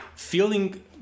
feeling